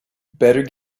better